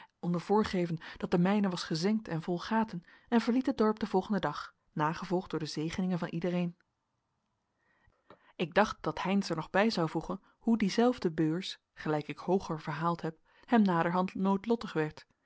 onder voorgeven dat de mijne was gezengd en vol gaten en verliet het dorp den volgenden dag nagevolgd door de zegeningen van iedereen ik dacht dat heynsz er nog bij zou voegen hoe diezelfde beurs gelijk ik hooger verhaald heb hem naderhand noodlottig werd